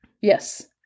Yes